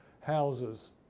houses